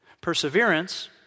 Perseverance